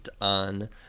On